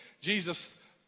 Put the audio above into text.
Jesus